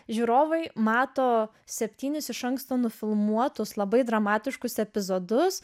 žiūrovai mato septynis iš anksto nufilmuotus labai dramatiškus epizodus